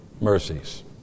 mercies